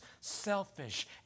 selfish